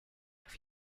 have